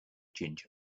ginger